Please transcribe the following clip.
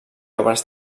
obres